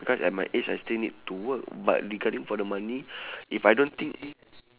because at my age I still need to work but regarding for the money if I don't think